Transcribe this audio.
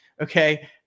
okay